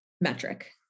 metric